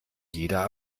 jeder